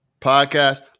podcast